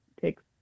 takes